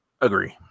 Agree